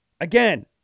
Again